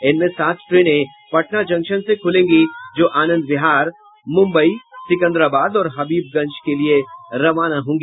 इनमें सात ट्रेनें पटना जंक्शन से खुलेगी जो आनंद बिहार मुम्बई सिकंदराबाद और हबीबगंज के लिये जायेगी